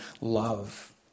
love